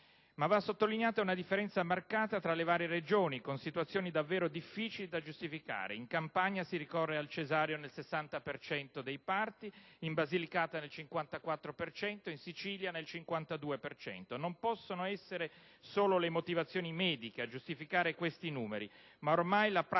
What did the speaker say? tuttavia sottolineata una differenza marcata tra le varie Regioni con situazioni davvero difficili da giustificare: in Campania si ricorre al cesareo nel 60 per cento dei parti, in Basilicata nel 54,4 per cento, in Sicilia nel 52,4 per cento. Non possono essere solo le motivazioni mediche a giustificare questi numeri, ma ormai la prassi